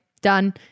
done